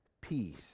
peace